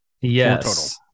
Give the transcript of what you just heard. Yes